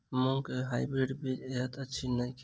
मूँग केँ हाइब्रिड बीज हएत अछि की नै?